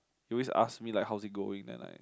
he always ask me like how is it going then like